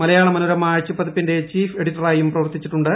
മലയാള മനോരമ ആഴ്ചപ്പതിപ്പിന്റെ ചീഫ് എഡിറ്ററായും പ്രവർത്തിച്ചിട്ടുണ്ട്